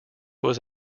was